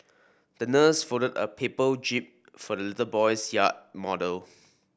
the nurse folded a paper jib for the little boy's yacht model